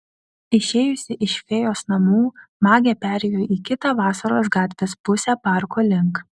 išėjusi iš fėjos namų magė perėjo į kitą vasaros gatvės pusę parko link